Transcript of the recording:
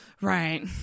Right